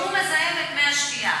שהוא מזהם את מי השתייה,